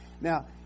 Now